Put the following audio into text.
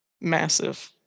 massive